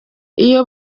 iyo